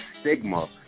stigma